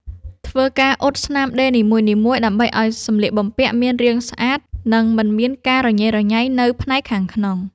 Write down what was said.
ធ្វើការអ៊ុតស្នាមដេរនីមួយៗ ដើម្បីឱ្យសម្លៀកបំពាក់មានរាងស្អាត និងមិនមានការរញ៉េរញ៉ៃនៅផ្នែកខាងក្នុង។